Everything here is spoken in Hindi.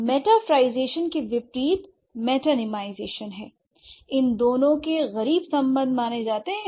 मेटाफरlईजेशन के विपरीत मेटानीमाईजेशन है l इन दोनों के गरीब सम्बंध माने जाते हैं